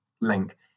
link